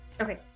Okay